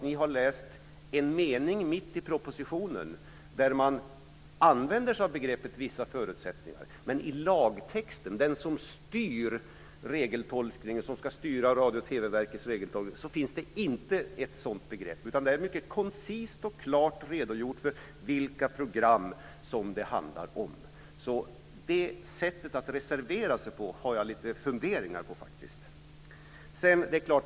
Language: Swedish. Ni har läst en mening mitt propositionen, där man använder sig av begreppet "vissa förutsättningar", men i lagtexten, den som ska styra Radio och TV-verkets regeltolkning, finns inte något sådant begrepp. Där är mycket koncist och klart redogjort för vilka program det handlar om. Jag har faktiskt lite funderingar över ert sätt att reservera er.